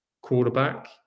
quarterback